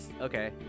Okay